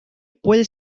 puede